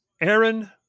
Aaron